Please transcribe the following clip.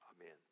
Amen